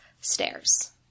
stairs